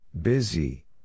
Busy